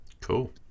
Cool